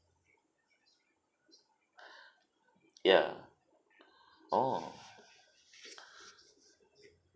ya orh